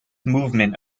movement